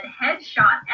headshot